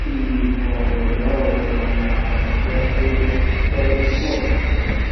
ili kuna mmoja wao ambao naona anatembea na ile gari ya mkono.